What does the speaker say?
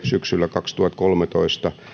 syksyllä kaksituhattakolmetoista